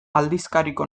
aldizkariko